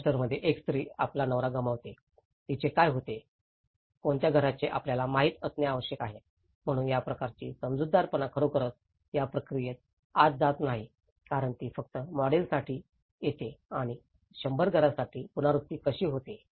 डिजास्टरत एक स्त्री आपला नवरा गमावते तिचे काय होते कोणत्या घराचे आपल्याला माहित असणे आवश्यक आहे म्हणूनच या प्रकारची समजूतदारपणा खरोखरच या प्रक्रियेच्या आत जात नाही कारण ती फक्त मॉडेलसाठी घेते आणि 100 घरांसाठी पुनरावृत्ती कशी होते